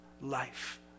life